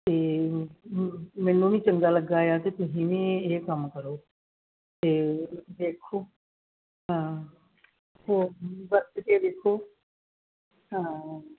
ਅਤੇ ਮੈਨੂੰ ਵੀ ਚੰਗਾ ਲੱਗਾ ਆ ਅਤੇ ਤੁਸੀਂ ਵੀ ਇਹ ਕੰਮ ਕਰੋ ਅਤੇ ਦੇਖੋ ਹਾਂ ਹੋਰ ਵਰਤ ਕੇ ਦੇਖੋ ਹਾਂ